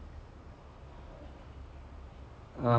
ah no I've seen like one two episodes not the entire thing